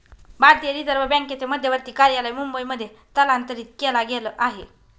भारतीय रिझर्व बँकेचे मध्यवर्ती कार्यालय मुंबई मध्ये स्थलांतरित केला गेल आहे